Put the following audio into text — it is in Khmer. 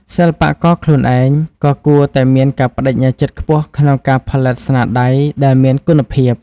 សិល្បករខ្លួនឯងក៏គួរតែមានការប្តេជ្ញាចិត្តខ្ពស់ក្នុងការផលិតស្នាដៃដែលមានគុណភាព។